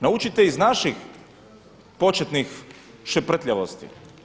Naučite iz naših početnih šeprtljavosti.